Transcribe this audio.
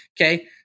okay